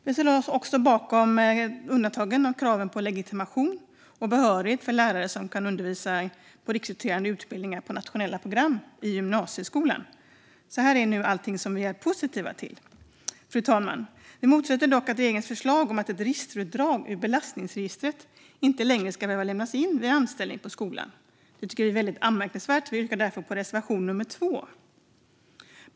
Vi ställer oss också bakom möjligheten att göra undantag från kraven på legitimation och behörighet för lärare som kan undervisa på de riksrekryterande utbildningarna på nationella program i gymnasieskolan. Det var allting som vi är positiva till. Fru talman! Vi motsätter oss dock regeringens förslag om att utdrag ur belastningsregistret inte längre ska behöva överlämnas inför en anställning i skolan. Det tycker vi är väldigt anmärkningsvärt och yrkar därför bifall till reservation nummer 2.